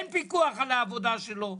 אין פיקוח על העבודה שלו.